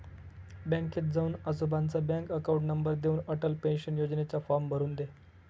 बँकेत जाऊन आजोबांचा बँक अकाउंट नंबर देऊन, अटल पेन्शन योजनेचा फॉर्म भरून दे